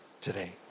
today